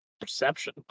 perception